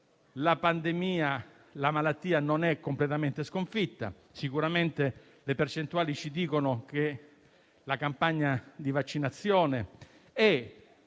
La pandemia non è completamente sconfitta; sicuramente le percentuali ci dicono che la campagna di vaccinazione e